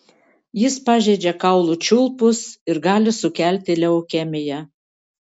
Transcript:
jis pažeidžia kaulų čiulpus ir gali sukelti leukemiją